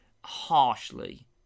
harshly